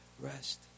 rest